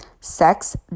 sex